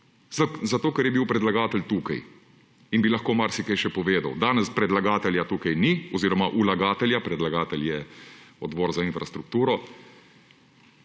zato ker je bil predlagatelj tukaj in bi lahko marsikaj še povedal, danes predlagatelja tukaj ni oziroma vlagatelja – predlagatelj je Odbor za infrastrukturo,